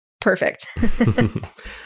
Perfect